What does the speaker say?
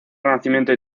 renacimiento